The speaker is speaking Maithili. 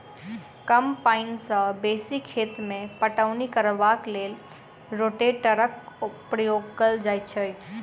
कम पाइन सॅ बेसी खेत मे पटौनी करबाक लेल रोटेटरक प्रयोग कयल जाइत छै